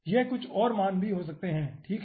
यह कुछ और मान भी हो सकता है ठीक है